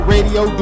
Radio